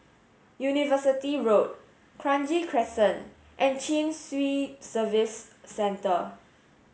University Road Kranji Crescent and Chin Swee Service Centre